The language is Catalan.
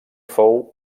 fou